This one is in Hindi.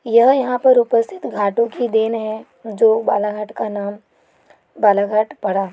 यह यहाँ पर उपस्थित घाटों की देन है जो बालाघाट का नाम बालाघाट पड़ा